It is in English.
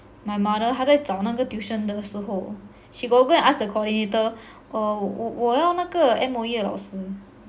my mother like 他在找那个 tuition 的时候 she got go and ask the coordinator err 我要那个 M_O_E 的老师